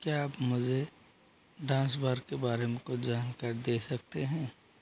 क्या आप मुझे डांस बार के बारे में कुछ जानकारी दे सकते हैं